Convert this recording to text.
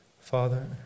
Father